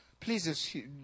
Please